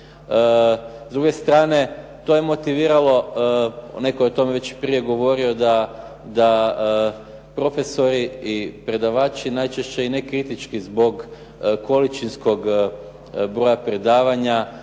S druge strane to je motiviralo, netko je o tome već prije govorio, da profesori i predavači najčešće i nekritički zbog količinskog broja predavanja